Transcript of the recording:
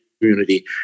community